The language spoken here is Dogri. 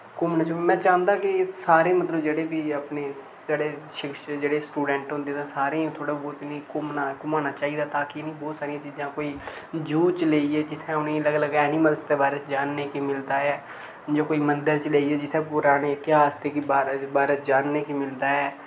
घुम्मने च में चांह्दा के एह् सारे मतलब जेह्ड़े बी अपने जेह्ड़े शिक्षक जेह्ड़े स्टूडेंट होंदे तां सारें थोह्ड़ा बहुत इ'नें घुम्मना घुमाना चाहिदा ताकि इ'नें बहुत सारियां चीजां कोई जू च लेइयै जित्थै उ'नें लग्ग लग्ग एनिमल्स दे बारे च जान ने की मिलदा ऐ जां कोई मंदर च लेइयै जित्थै पुराने इतिहास दे बारे बारे जान ने की मिलदा ऐ